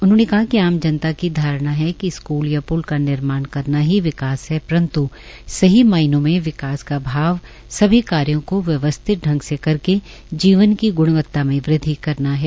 उन्होंने कहा कि आज जनता की धारणा है कि स्कूल या प्ल का निर्माण करना ही विकास है परन्त् सही मायनों में विकास का भाव सभी कार्यो की व्यवस्थित ढंग से करके जीवन की ग्णवता ब्द्वि करना है